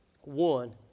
one